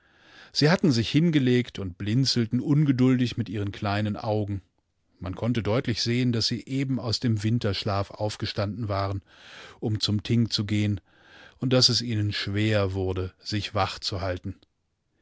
sie dahingekommen umeinearttingabzuhalten demgroßensteinzunächstsahderpropstdiebären starkundschwergebaut sodaßsiepelzbekleidetenfelsblöckenglichen siehattensichhingelegtund blinzelten ungeduldig mit ihren kleinen augen man konnte deutlich sehen daß sie eben aus dem winterschlaf aufgestanden waren um zum ting zu gehen und daß es ihnen schwer wurde sich wach zu halten